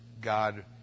God